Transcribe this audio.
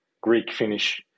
Greek-Finnish